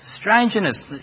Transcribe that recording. Strangeness